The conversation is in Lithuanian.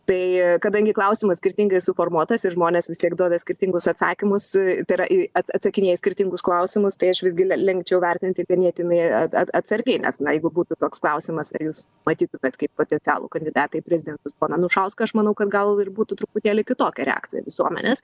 tai kadangi klausimas skirtingai suformuotas ir žmonės vis tiek duoda skirtingus atsakymus tai yra į at atsakinėja į skirtingus klausimus tai aš visgi linkčiau vertinti ganėtinai at at atsargiai nes na jeigu būtų toks klausimas ar jūs matytumėt kaip potencialų kandidatą į prezidentus poną anušauską aš manau kad gal ir būtų truputėlį kitokia reakcija visuomenės